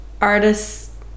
artists